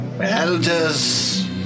Elders